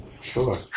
Sure